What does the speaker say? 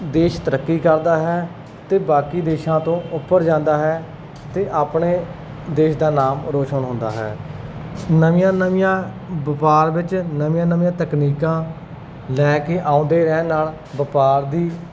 ਦੇਸ਼ ਤਰੱਕੀ ਕਰਦਾ ਹੈ ਅਤੇ ਬਾਕੀ ਦੇਸ਼ਾਂ ਤੋਂ ਉੱਪਰ ਜਾਂਦਾ ਹੈ ਅਤੇ ਆਪਣੇ ਦੇਸ਼ ਦਾ ਨਾਮ ਰੋਸ਼ਨ ਹੁੰਦਾ ਹੈ ਨਵੀਆਂ ਨਵੀਆਂ ਵਪਾਰ ਵਿੱਚ ਨਵੀਆਂ ਨਵੀਆਂ ਤਕਨੀਕਾਂ ਲੈ ਕੇ ਆਉਂਦੇ ਰਹਿਣ ਨਾਲ ਵਪਾਰ ਦੀ